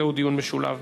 זהו דיון משולב.